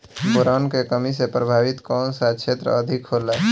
Boron के कमी से प्रभावित कौन सा क्षेत्र अधिक होला?